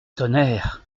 tonnerre